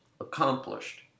accomplished